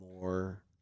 more